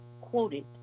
quoted